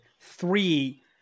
three